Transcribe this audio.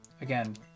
again